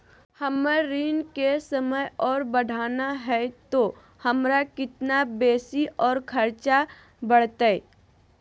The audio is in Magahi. हमर ऋण के समय और बढ़ाना है तो हमरा कितना बेसी और खर्चा बड़तैय?